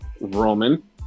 Roman